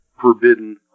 forbidden